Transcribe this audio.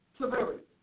severity